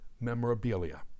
memorabilia